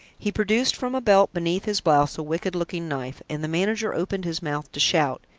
he produced from a belt beneath his blouse a wicked-looking knife, and the manager opened his mouth to shout.